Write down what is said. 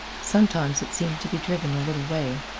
sometimes, it seemed to be driven a little way,